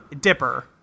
Dipper